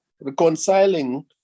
reconciling